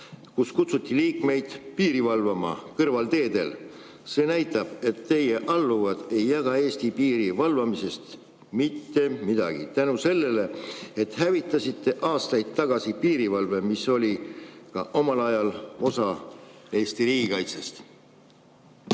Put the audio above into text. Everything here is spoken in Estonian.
kus kutsuti liikmeid piiri valvama kõrvalteedel. See näitab, et teie alluvad ei jaga Eesti piiri valvamisest mitte midagi – selle tõttu, et hävitasite aastaid tagasi piirivalve, mis oli ka omal ajal osa Eesti riigikaitsest.